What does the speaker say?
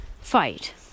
fight